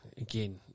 again